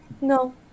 No